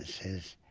his